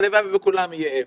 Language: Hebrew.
הלוואי ולכולם יהיה אפס,